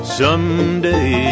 someday